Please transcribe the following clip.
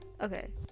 Okay